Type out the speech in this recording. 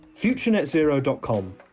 FutureNetZero.com